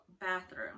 bathroom